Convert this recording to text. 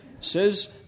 Says